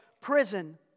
prison